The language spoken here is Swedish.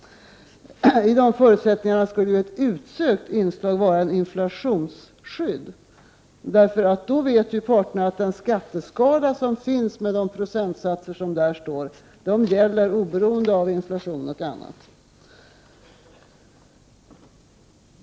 I dessa förutsättningar skulle ett utsökt inslag vara ett inflationsskydd. Då vet nämligen parterna att skatteskalan med dess procentsatser gäller oberoende av inflation och annat.